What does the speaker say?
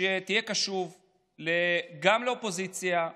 שתהיה קשוב גם לאופוזיציה,